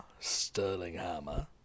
Sterlinghammer